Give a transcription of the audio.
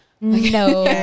No